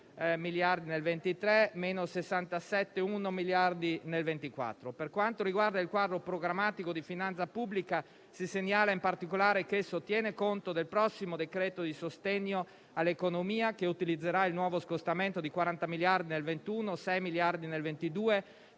Per quanto riguarda il quadro programmatico di finanza pubblica, si segnala in particolare che esso tiene conto del prossimo decreto di sostegno all'economia che utilizzerà il nuovo scostamento di 40 miliardi nel 2021, 6 miliardi nel 2022,